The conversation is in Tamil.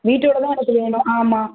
வீட்டோட தான் எனக்கு வேணும் ஆமாம்